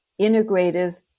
integrative